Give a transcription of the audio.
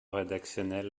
rédactionnel